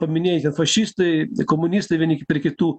paminėjai ten fašistai komunistai vieni kaip ir kitų